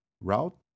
route